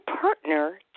partner